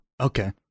okay